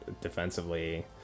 defensively